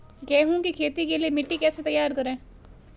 गेहूँ की खेती के लिए मिट्टी कैसे तैयार करें?